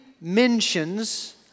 mentions